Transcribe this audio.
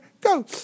Go